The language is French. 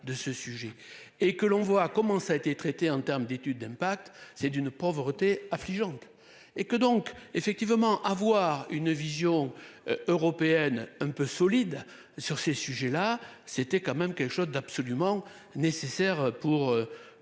et que l'on voit comment ça a été traité en terme d'étude d'impact, c'est d'une pauvreté affligeante et que donc effectivement avoir une vision. Européenne un peu solide sur ces sujets là c'était quand même quelque chose d'absolument nécessaire pour,